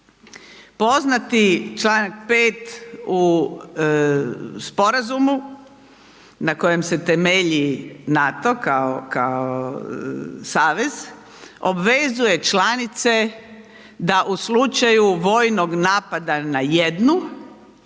Poznati čl. 5 u sporazumu na kojem se temelji NATO kao savez, obvezuje članice, da u slučaju vojnog napada na jednu,